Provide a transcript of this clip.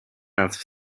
nas